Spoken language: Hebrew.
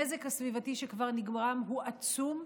הנזק הסביבתי שכבר נגרם הוא עצום,